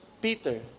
Peter